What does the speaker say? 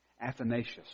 Athanasius